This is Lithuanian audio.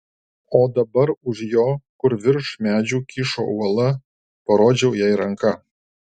o dabar už jo kur virš medžių kyšo uola parodžiau jai ranka